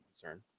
concern